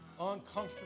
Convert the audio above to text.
Uncomfortable